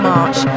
March